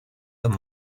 than